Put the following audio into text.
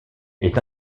est